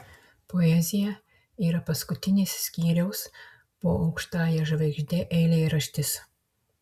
poezija yra paskutinis skyriaus po aukštąja žvaigžde eilėraštis